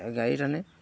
গাড়ীত এনে